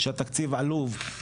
שהתקציב עלוב,